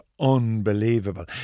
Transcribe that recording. unbelievable